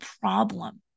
problem